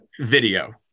video